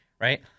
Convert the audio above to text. right